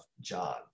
John